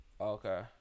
Okay